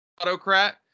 autocrat